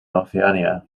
oceanía